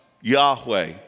Yahweh